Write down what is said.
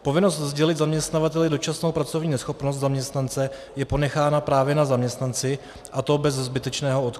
Povinnost sdělit zaměstnavateli dočasnou pracovní neschopnost zaměstnance je ponechána právě na zaměstnanci, a to bez zbytečného odkladu.